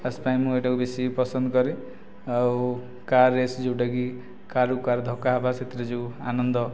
pass ପାଇଁ ମୁଁ ଏହିଟାକୁ ବେଶି ପସନ୍ଦ କରେ ଆଉ କାର୍ ରେସ୍ ଯେଉଁଟା କି କାର୍କୁ କାର୍ ଧକ୍କା ହେବା ସେଥିରେ ଯେଉଁ ଆନନ୍ଦ